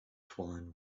twine